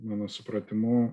mano supratimu